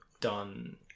done